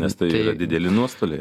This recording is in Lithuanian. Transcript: nes tai yra dideli nuostoliai